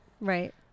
Right